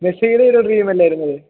മെസ്സീടെ ഒരു ഡ്രീമ് അല്ലായിരുന്നോ അത്